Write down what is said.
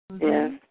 Yes